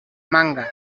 manga